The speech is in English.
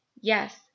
yes